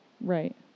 Right